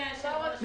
היושב-ראש.